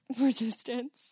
resistance